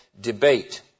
Debate